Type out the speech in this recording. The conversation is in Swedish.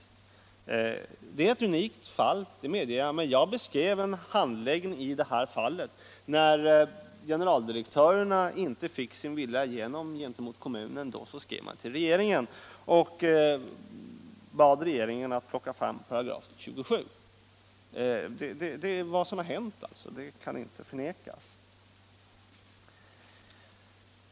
Det är fråga om ett unikt fall, det medger jag, men — Nr 71 jag redogjorde bara för handläggningen av det här fallet där general Tisdagen den direktörerna inte fick sin vilja igenom gentemot kommunen utan skrev 24 februari 1976 till regeringen och bad regeringen plocka fram 27§. Det är vad som LL hänt, det kan inte förnekas.